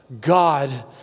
God